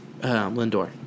Lindor